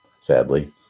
sadly